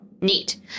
Neat